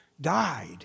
died